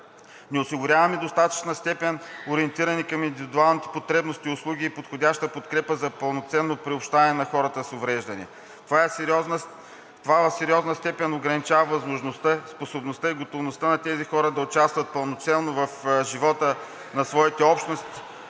Не осигуряваме в достатъчна степен ориентирани към индивидуалните потребности услуги и подходяща подкрепа за пълноценно приобщаване на хората с увреждания. Това в сериозна степен ограничава възможността, способността и готовността на тези хора да участват пълноценно в живота на своите общности